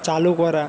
চালু করা